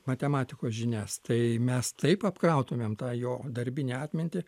matematikos žinias tai mes taip apkrautumėm tą jo darbinę atmintį